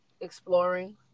exploring